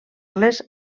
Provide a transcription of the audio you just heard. les